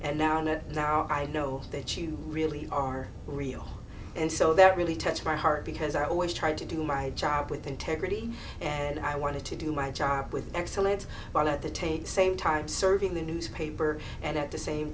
and now on it now i know that you really are real and so that really touched my heart because i always tried to do my job with integrity and i wanted to do my job with excellence while at the take same time serving the newspaper and at the same